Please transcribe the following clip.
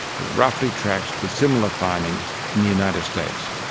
it roughly tracks with similar findings in the united states.